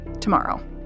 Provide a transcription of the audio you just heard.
tomorrow